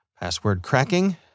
Password-cracking